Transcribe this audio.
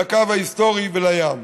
לקו ההיסטורי ולים.